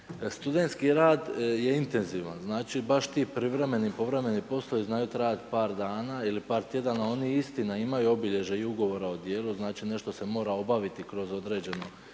Studentski rad je intenzivan, znači baš ti privremeni, povremeni poslovi znaju trajati par dana ili par tjedana, oni istina, imaju obilježja i ugovora o djelu, znači nešto se mora obaviti kroz određene